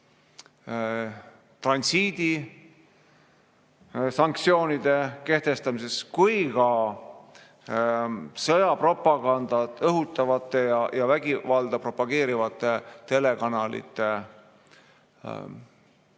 transiidis, sanktsioonide kehtestamises kui ka sõjapropagandat õhutavate ja vägivalda propageerivate telekanalite